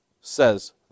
says